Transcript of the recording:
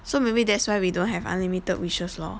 so maybe that's why we don't have unlimited wishes lor